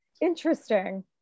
interesting